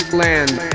land